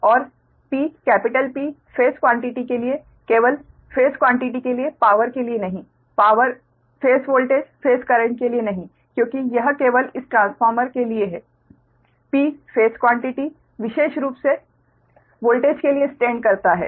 और 'P' capital P phase quantity के लिए केवल फेस क्वान्टिटी के लिए पावर के लिए नहीं power phase voltage phase current के लिए नहीं क्योंकि यह केवल इस ट्रांसफार्मर के लिए है P फेस क्वान्टिटी विशेष रूप से वोल्टेज के लिए स्टैंड करता है